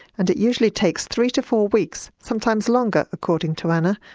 and it usually takes three to four weeks, sometimes longer, according to anna,